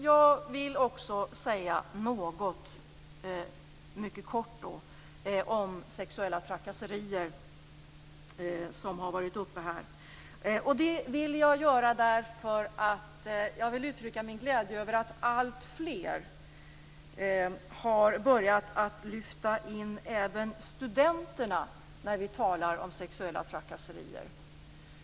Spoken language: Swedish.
Jag vill också säga något mycket kortfattat om sexuella trakasserier. Jag vill uttrycka min glädje över att alltfler har börjat att lyfta fram även studenterna när de talar om sexuella trakasserier.